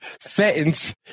sentence